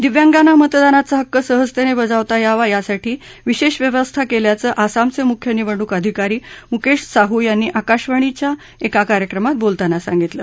दिव्यांगांना मतदानाचा हक्क सहजतेने बजावता यावा यासाठी विशेष व्यवस्था केल्याचं असामाचे मुख्य निवडणूक अधिकारी मुकेश साहू यांनी आकाशवाणीच्या एका कार्यक्रमात बोलताना सांगितलं